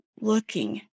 looking